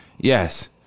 Yes